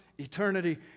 eternity